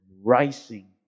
Rising